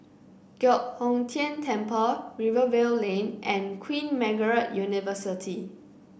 Giok Hong Tian Temple Rivervale Lane and Queen Margaret University